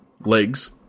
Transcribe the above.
legs